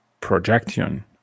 projection